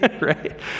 right